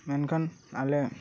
ᱢᱮᱱᱠᱷᱟᱱ ᱟᱞᱮ